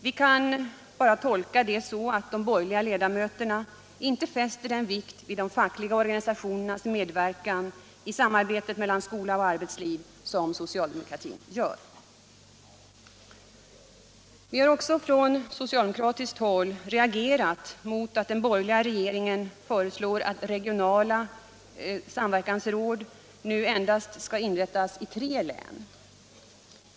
Vi kan bara tolka detta så att de borgerliga ledamöterna inte fäster den vikt vid de fackliga organisationernas medverkan i samarbetet mellan skola och arbetsliv som socialdemokraterna gör. Vi har också från socialdemokratiskt håll reagerat mot att den borgerliga regeringen föreslår att regionala samverkansråd nu endast skall inrättas i tre län.